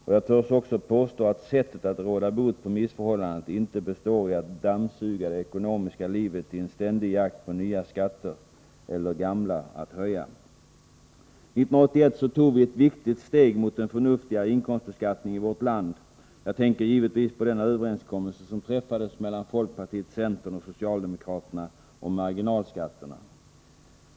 Och jag törs också påstå att sättet att råda bot på missförhållandet inte består i att dammsuga det ekonomiska livet i en ständig jakt på nya skatter eller gamla att höja. 1981 tog vi ett viktigt steg mot en förnuftigare inkomstbeskattning i vårt land. Jag tänker givetvis på den överenskommelse som träffades mellan folkpartiet, centern och socialdemokraterna om marginalskatterna.